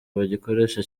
bagikoresha